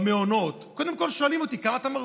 במעונות, קודם כול שואלים אותי: כמה אתה מרוויח?